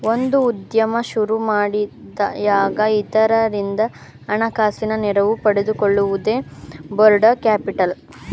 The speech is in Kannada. ಒಂದು ಉದ್ಯಮ ಸುರುಮಾಡಿಯಾಗ ಇತರರಿಂದ ಹಣಕಾಸಿನ ನೆರವು ಪಡೆದುಕೊಳ್ಳುವುದೇ ಬರೋಡ ಕ್ಯಾಪಿಟಲ್